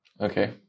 okay